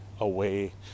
away